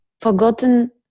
forgotten